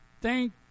thank